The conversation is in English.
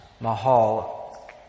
Mahal